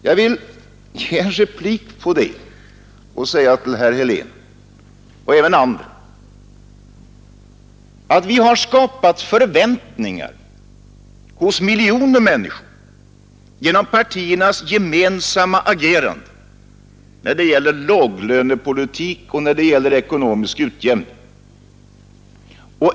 Jag vill ge en replik på detta och säga till herr Helén och även andra att vi har skapat förväntningar hos miljoner människor genom partiernas gemensamma agerande när det gäller låglönepolitik och ekonomisk utjämning.